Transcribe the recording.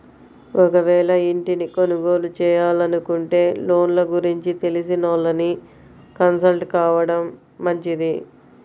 ఒకవేళ ఇంటిని కొనుగోలు చేయాలనుకుంటే లోన్ల గురించి తెలిసినోళ్ళని కన్సల్ట్ కావడం మంచిది